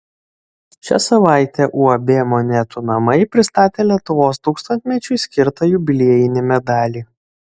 šią savaitę uab monetų namai pristatė lietuvos tūkstantmečiui skirtą jubiliejinį medalį